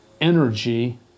energy